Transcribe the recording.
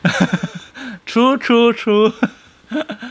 true true true